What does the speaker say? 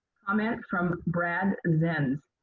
comment from brad and zenz.